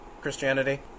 Christianity